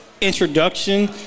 introduction